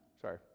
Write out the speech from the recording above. Sorry